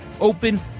open